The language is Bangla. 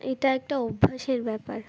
এটা একটা অভ্যাসের ব্যাপার